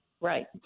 Right